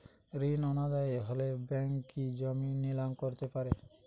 ঋণ অনাদায়ি হলে ব্যাঙ্ক কি জমি নিলাম করতে পারে?